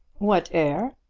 what heir?